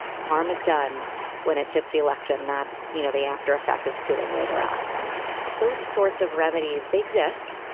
the harm is done when it tips the election, not, you know, the after effect of suing later on those sorts of remedies. they exist.